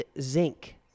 zinc